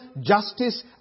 justice